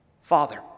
Father